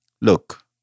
Look